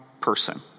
person